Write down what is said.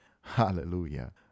Hallelujah